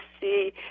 see